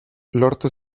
lortu